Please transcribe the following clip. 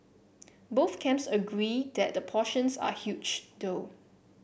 both camps agree that the portions are huge though